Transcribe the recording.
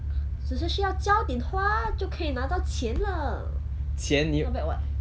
只是需要浇点花就可以拿到钱了 not bad [what]